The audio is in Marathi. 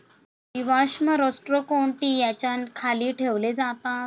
जीवाश्म रोस्ट्रोकोन्टि याच्या खाली ठेवले जातात